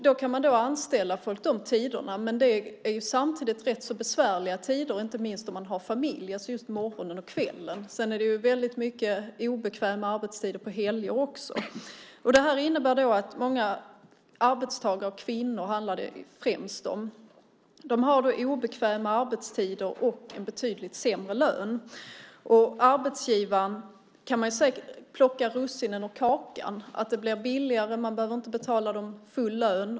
Då kan man anställa människor på dessa tider. Men det är samtidigt rätt så besvärliga tider, inte minst om man har familj, alltså just på morgonen och kvällen. Sedan är det väldigt mycket obekväm arbetstid även på helger. Det här innebär att många arbetstagare, främst kvinnor, har obekväma arbetstider och betydligt sämre löner. Arbetsgivaren däremot kan plocka russinen ur kakan. Det blir billigare. Man behöver inte betala full lön.